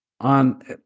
on